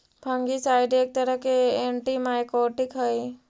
fungicide एक तरह के एंटिमाइकोटिक हई